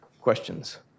questions